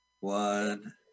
One